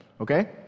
Okay